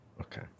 Okay